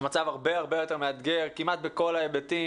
המצב הרבה יותר מאתגר כמעט בכל ההיבטים.